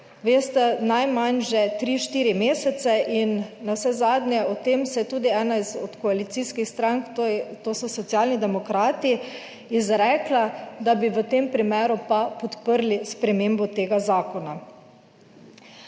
veste, najmanj že 3, 4 mesece in navsezadnje o tem se je tudi ena iz od koalicijskih strank, to so Socialni demokrati, izrekla da bi v tem primeru pa podprli spremembo tega zakona.